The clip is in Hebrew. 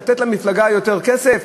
לתת למפלגה יותר כסף?